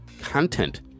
content